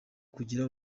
kugira